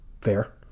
Fair